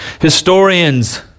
Historians